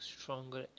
stronger